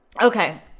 Okay